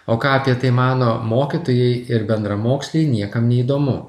o ką apie tai mano mokytojai ir bendramoksliai niekam neįdomu